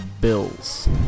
Bills